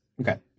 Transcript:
Okay